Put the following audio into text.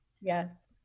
Yes